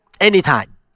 anytime